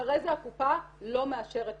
אחרי זה הקופה לא מאשרת לה.